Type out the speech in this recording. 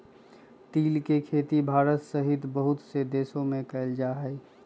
तिल के खेती भारत सहित बहुत से देश में कइल जाहई